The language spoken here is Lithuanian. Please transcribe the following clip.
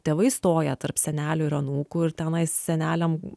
tėvai stoja tarp senelių ir anūkų ir tenais seneliam